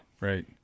right